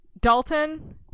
Dalton